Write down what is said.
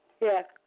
Yes